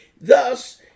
Thus